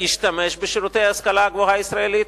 ישתמש בשירותי ההשכלה הישראלית,